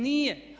Nije.